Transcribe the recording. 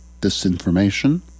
disinformation